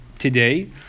Today